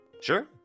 Sure